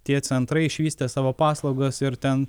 tie centrai išvystę savo paslaugas ir ten